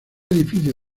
edificio